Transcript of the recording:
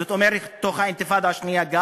זאת אומרת גם לתוך האינתיפאדה השנייה,